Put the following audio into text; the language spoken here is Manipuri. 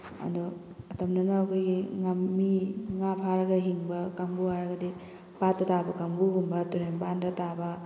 ꯑꯗꯣ ꯑꯇꯝꯅꯅ ꯑꯩꯈꯣꯏꯒꯤ ꯉꯥꯃꯤ ꯉꯥ ꯐꯥꯔꯒ ꯍꯤꯡꯕ ꯀꯥꯡꯕꯨ ꯍꯥꯏꯔꯒꯗꯤ ꯄꯥꯠꯇ ꯇꯥꯕ ꯀꯥꯡꯕꯨꯒꯨꯝꯕ ꯇꯨꯔꯦꯜ ꯃꯄꯥꯟꯗ ꯇꯥꯕ